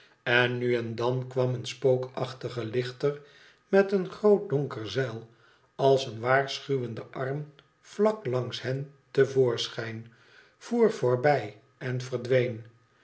en nu en dan kwam een spookachtige lichter met een groot donker zeil als een waarschuwende arm vlak langs hen te voorschijn voer voorbij en verdween